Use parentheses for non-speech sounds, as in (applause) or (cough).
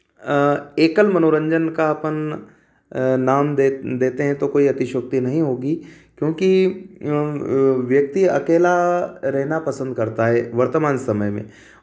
एकल मनोरंजन का अपन अ नाम लेते है तो कोई अतिशोक्ति नहीं होगी क्योंकि (unintelligible) व्यक्ति अकेला रहना पसंद करता है वतर्मान समय में